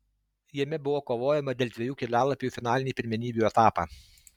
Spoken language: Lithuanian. jame buvo kovojama dėl dviejų kelialapių į finalinį pirmenybių etapą